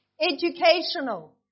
Educational